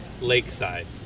lakeside